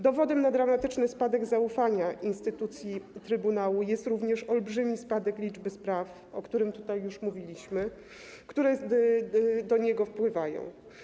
Dowodem na dramatyczny spadek zaufania do instytucji trybunału jest również olbrzymi spadek liczby spraw, o którym tutaj już mówiliśmy, które do niego wpływają.